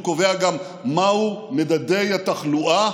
הוא קובע גם מהם מדדי התחלואה